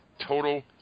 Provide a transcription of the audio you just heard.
Total